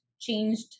changed